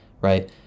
right